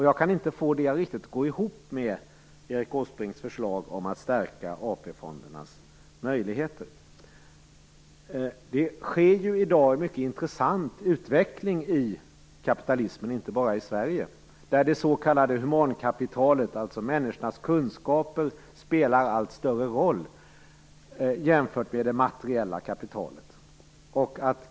Jag kan inte få det att riktigt gå ihop med Erik Åsbrinks förslag om att stärka AP-fondernas möjligheter. Det sker i dag en mycket intressant utveckling av kapitalismen, inte bara i Sverige. Det s.k. humankapitalet, alltså människornas kunskaper, spelar allt större roll jämfört med det materiella kapitalet.